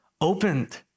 Opened